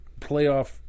playoff